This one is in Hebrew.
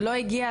לא הגיע,